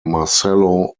marcello